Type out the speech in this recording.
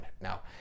Now